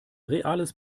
reales